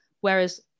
whereas